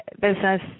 business –